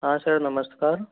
हाँ सर नमस्कार